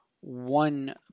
one